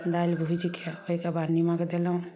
दालि भुजि के ओहिके बाद निमक देलहुॅं